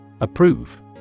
Approve